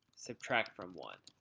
subtract from one.